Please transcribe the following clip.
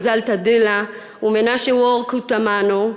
מזל טדלה ומנשה וורקו תמנו,